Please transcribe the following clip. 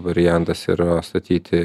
variantas yra statyti